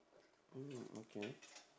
mm okay